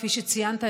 כפי שציינת,